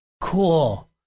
cool